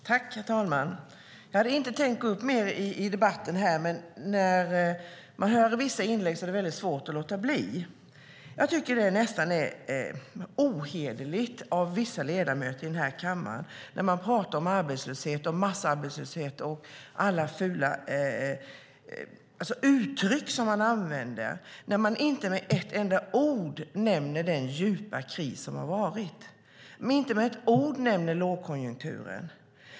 Herr talman! Jag hade inte tänkt gå upp mer i debatten. Men när man hör vissa inlägg är det svårt att låta bli. Jag tycker nästan att det är ohederligt av vissa ledamöter i den här kammaren att prata om arbetslöshet och massarbetslöshet - och det är fula uttryck som man använder - när de inte med ett enda ord nämner den djupa kris som har varit och inte med ett ord nämner lågkonjunkturen.